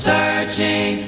Searching